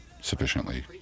sufficiently